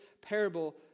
parable